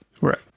right